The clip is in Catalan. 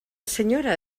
senyora